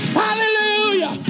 hallelujah